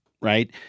right